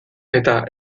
eta